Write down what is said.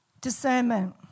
discernment